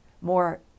more